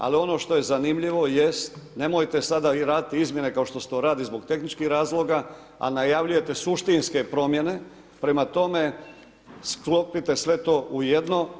Ali ono što je zanimljivo jest, nemojte sada raditi izmjene kao što se to radi zbog tehničkih razloga, a najavljujete suštinske promjene, prema tome sklopite sve to ujedno.